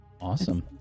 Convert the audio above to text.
Awesome